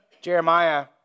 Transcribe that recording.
Jeremiah